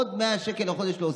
עוד 100 שקל בחודש להוסיף,